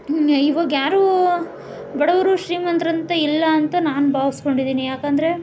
ಇವಾಗ ಯಾರೂ ಬಡವರು ಶ್ರೀಮಂತ್ರು ಅಂತ ಇಲ್ಲ ಅಂತ ನಾನು ಭಾವಿಸ್ಕೊಂಡಿದ್ದೀನಿ ಯಾಕಂದರೆ